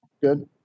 Good